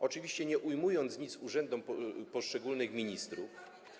Oczywiście nie ujmując nic urzędom poszczególnych ministrów.